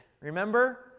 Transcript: remember